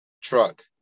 Truck